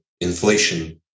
inflation